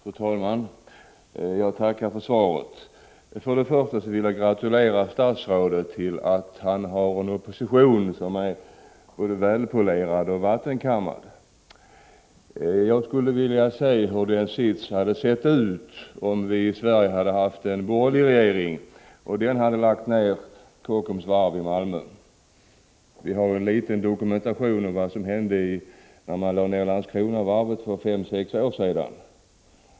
Fru talman! Jag tackar för svaret. Jag vill till att börja med gratulera statsrådet till att han har en opposition som är både välpolerad och vattenkammad. Jag undrar hur situationen skulle ha sett ut om vi i Sverige hade haft en borgerlig regering som hade lagt ned Kockums varv i Malmö. Vi har en liten dokumentation om vad som hände när Landskrona varv lades ner för fem sex år sedan.